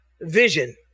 vision